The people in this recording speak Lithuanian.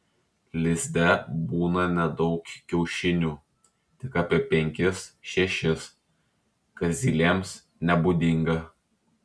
lizde būna nedaug kiaušinių tik apie penkis šešis kas zylėms nebūdinga